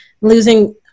losing